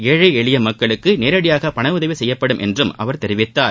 ஏழை எளிய மக்களுக்கு நேரடியாக பணஉதவி செய்யப்படும் என்று அவர் தெரிவித்தார்